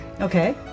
Okay